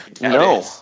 No